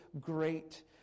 great